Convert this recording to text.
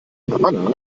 havanna